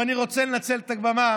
ואני רוצה לנצל את הבמה